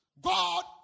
God